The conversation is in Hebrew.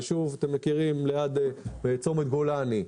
יישוב ליד צומת גולני,